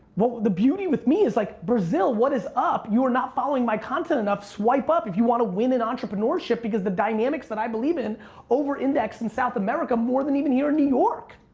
the beauty with me is like brazil, what is up? you're not following my content enough. swipe up if you wanna win an entrepreneurship because the dynamics that i believe in over index in south america more than even here in new york.